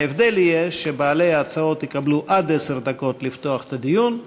ההבדל יהיה שבעלי ההצעות יקבלו עד עשר דקות לפתוח את הדיון,